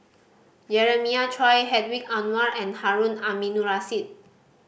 Jeremiah Choy Hedwig Anuar and Harun Aminurrashid